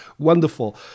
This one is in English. wonderful